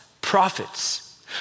prophets